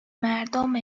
مردم